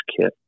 kit